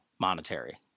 monetary